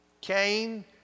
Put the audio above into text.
Cain